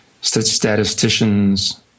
statisticians